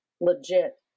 legit